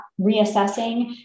reassessing